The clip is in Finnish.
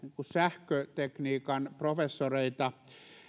sähkötekniikan professoreita